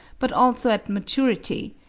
but also at maturity,